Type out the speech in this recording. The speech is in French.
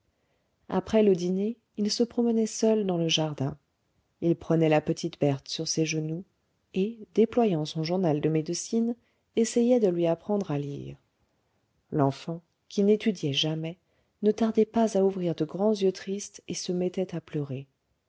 après le dîner il se promenait seul dans le jardin il prenait la petite berthe sur ses genoux et déployant son journal de médecine essayait de lui apprendre à lire l'enfant qui n'étudiait jamais ne tardait pas à ouvrir de grands yeux tristes et se mettait à pleurer